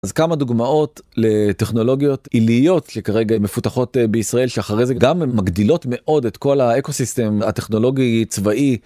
אז כמה דוגמאות לטכנולוגיות עיליות שכרגע מפותחות בישראל שאחרי זה גם הן מגדילות מאוד את כל האקוסיסטם הטכנולוגי צבאי.